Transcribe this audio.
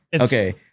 Okay